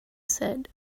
said